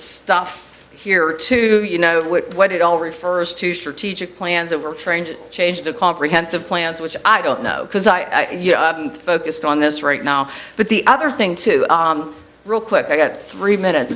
stuff here too you know what it all refers to strategic plans that were trained changed a comprehensive plan which i don't know because i focused on this right now but the other thing too real quick i got three minutes